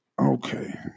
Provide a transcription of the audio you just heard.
okay